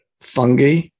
fungi